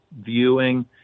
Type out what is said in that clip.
viewing